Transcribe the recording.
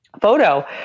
photo